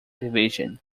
division